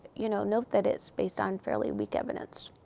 you know, note that it's based on fairly weak evidence.